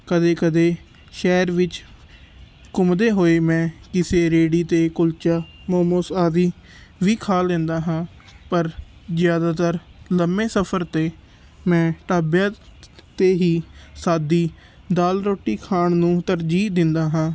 ਕਦੇ ਕਦੇ ਸ਼ਹਿਰ ਵਿੱਚ ਘੁੰਮਦੇ ਹੋਏ ਮੈਂ ਕਿਸੇ ਰੇੜੀ 'ਤੇ ਕੁਲਚਾ ਮੋਮੋਸ ਆਦਿ ਵੀ ਖਾ ਲੈਂਦਾ ਹਾਂ ਪਰ ਜ਼ਿਆਦਾਤਰ ਲੰਬੇ ਸਫ਼ਰ 'ਤੇ ਮੈਂ ਢਾਬਿਆਂ 'ਤੇ ਹੀ ਸਾਦੀ ਦਾਲ ਰੋਟੀ ਖਾਣ ਨੂੰ ਤਰਜੀਹ ਦਿੰਦਾ ਹਾਂ